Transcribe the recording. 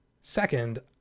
Second